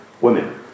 women